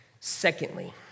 Secondly